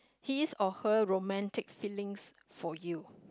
his or her romantic feeling for you